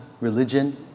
religion